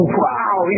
wow